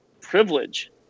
privilege